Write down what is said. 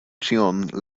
ĉion